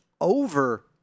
over